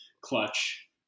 Clutch